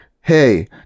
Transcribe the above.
hey